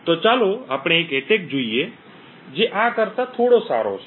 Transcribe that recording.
તો ચાલો આપણે એક એટેક જોઈએ જે આ કરતાં થોડો સારો છે